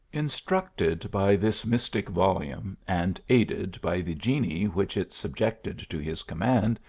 instructed by this mystic volume, and aided by the genii which it subjected to his command,